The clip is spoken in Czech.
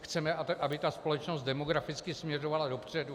Chceme, aby ta společnost demograficky směřovala dopředu.